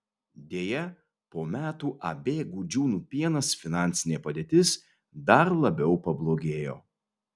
deja po metų ab gudžiūnų pienas finansinė padėtis dar labiau pablogėjo